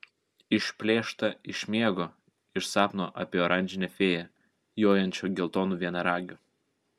išplėšta iš miego iš sapno apie oranžinę fėją jojančią geltonu vienaragiu